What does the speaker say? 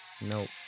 Nope